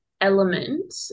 element